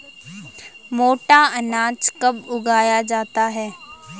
मोटा अनाज कब उगाया जाता है?